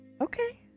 Okay